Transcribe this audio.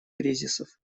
кризисов